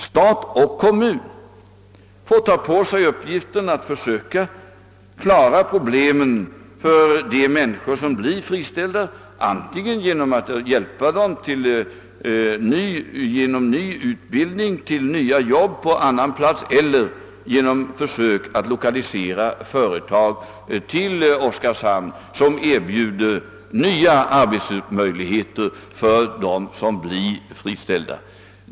Stat och kommun fick ta på sig uppgiften att försöka klara problemen för de människor som blev friställda, antingen genom att hjälpa dem till nya jobb på annat håll genom omskolning eller genom att försöka lokalisera företag till Oskarshamn vilka erbjuder de friställda nya arbetsmöjligheter.